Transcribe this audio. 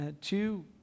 two